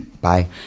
Bye